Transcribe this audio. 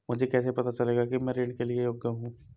मुझे कैसे पता चलेगा कि मैं ऋण के लिए योग्य हूँ?